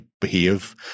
behave